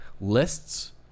Lists